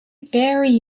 very